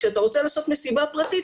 כשאתה רוצה לעשות מסיבה פרטית,